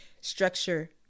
structure